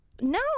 No